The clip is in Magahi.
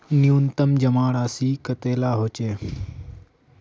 न्यूनतम जमा राशि कतेला होचे?